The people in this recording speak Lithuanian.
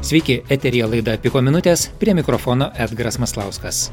sveiki eteryje laida piko minutės prie mikrofono edgaras maslauskas